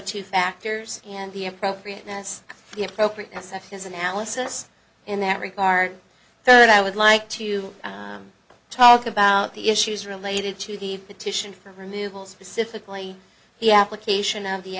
two factors and the appropriateness of the appropriateness of his analysis in that regard and i would like to talk about the issues related to the petition for removal specifically the application